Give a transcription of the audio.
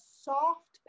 soft